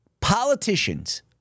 politicians